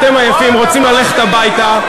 אתם עייפים, רוצים ללכת הביתה.